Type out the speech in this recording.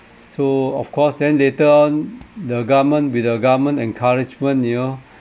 so of course then later the government with the government encouragement you know